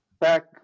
back